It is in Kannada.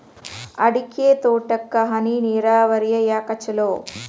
ಅಡಿಕೆ ತೋಟಕ್ಕ ಹನಿ ನೇರಾವರಿಯೇ ಯಾಕ ಛಲೋ?